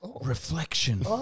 reflection